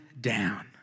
down